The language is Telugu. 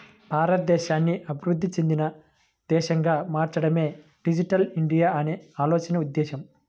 భారతదేశాన్ని అభివృద్ధి చెందిన దేశంగా మార్చడమే డిజిటల్ ఇండియా అనే ఆలోచన ఉద్దేశ్యం